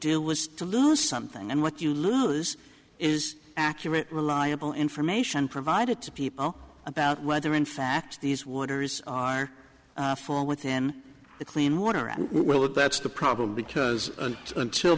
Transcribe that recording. do was to lose something and what you lose is accurate reliable information provided to people about whether in fact these waters are fall within the clean water and whether that's the problem because until